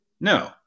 no